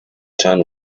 town